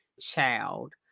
child